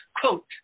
quote